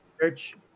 search